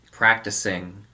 practicing